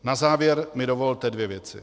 Na závěr mi dovolte dvě věci.